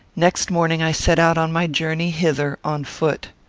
next morning i set out on my journey hither, on foot.